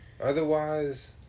Otherwise